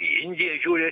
į indiją žiūri